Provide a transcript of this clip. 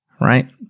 right